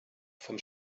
vom